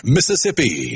Mississippi